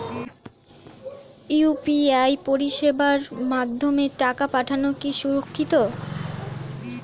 UPI পরিষেবার মাধ্যমে টাকা পাঠানো কি সুরক্ষিত?